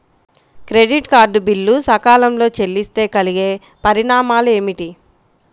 Credit card బిల్లు సకాలంలో చెల్లిస్తే కలిగే పరిణామాలేమిటి?